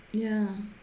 ya